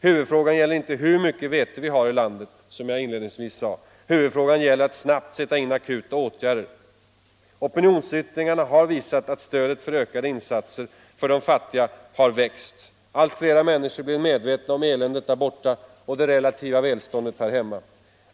Huvudfrågan gäller, som jag inledningsvis sade, inte hur mycket vete vi har i landet. Huvudfrågan gäller att snabbt sätta in akuta åtgärder. Opinionsyttringarna har visat att stödet för ökade insatser för de fattiga länderna har växt. Allt flera människor blir medvetna om eländet där borta och det relativa välståndet här hemma.